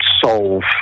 solve